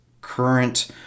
current